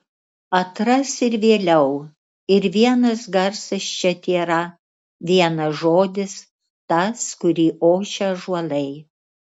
atras ir vėliau ir vienas garsas čia tėra vienas žodis tas kurį ošia ąžuolai